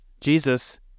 Jesus